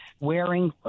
Wearing